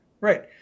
right